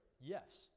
Yes